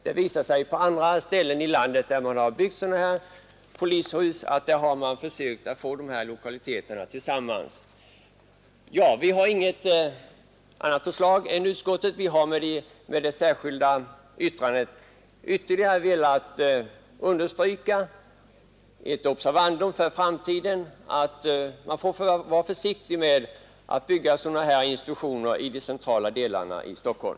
När man på andra håll i landet har projekterat och byggt polishus har man där försökt förlägga sådana aktiviteter i anslutning till varandra. Vi har inget annat förslag än utskottets. Vi har med vårt särskilda yttrande bara ytterligare velat understryka och markera som ett observandum för framtiden, att man måste vara försiktig vid planeringen och byggandet av sådana här institutioner i de centrala delarna av Stockholm.